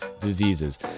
diseases